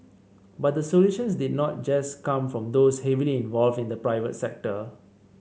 but the solutions did not just come from those heavily involved in the private sector